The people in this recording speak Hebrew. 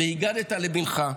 "והגדת לְבִנְך"